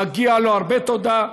מגיעה לו הרבה תודה,